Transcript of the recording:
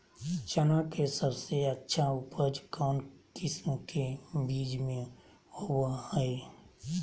चना के सबसे अच्छा उपज कौन किस्म के बीच में होबो हय?